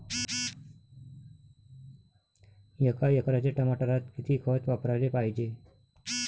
एका एकराच्या टमाटरात किती खत वापराले पायजे?